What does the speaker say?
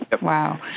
Wow